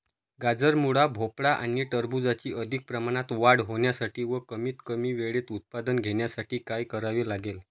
गाजर, मुळा, भोपळा आणि टरबूजाची अधिक प्रमाणात वाढ होण्यासाठी व कमीत कमी वेळेत उत्पादन घेण्यासाठी काय करावे लागेल?